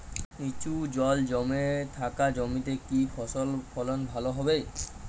নিচু জল জমে থাকা জমিতে কি ফসল ফলন ভালো হবে?